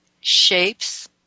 shapes